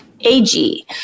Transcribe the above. AG